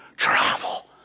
travel